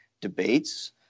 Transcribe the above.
debates